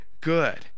good